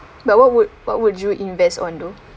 but what would what would you invest on though